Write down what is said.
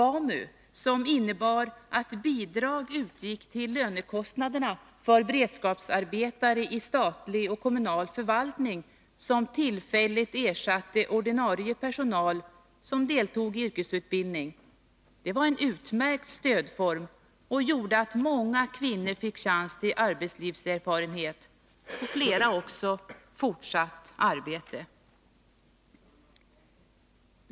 BAMU innebar att bidrag utgick till lönekostnaderna för beredskapsarbetare i statlig och kommunal förvaltning vilka tillfälligt ersatte ordinarie personal som deltog i yrkesutbildning. Det var en utmärkt stödform och gjorde att många kvinnor fick chans till arbetslivserfarenhet och flera också till fortsatt arbete.